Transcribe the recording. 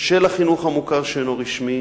של החינוך המוכר שאינו רשמי